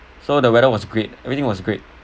so the weather was great everything was great